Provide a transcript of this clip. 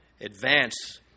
advance